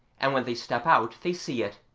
and when they step out they see it.